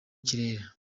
kirere